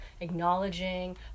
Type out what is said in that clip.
acknowledging